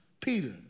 Peter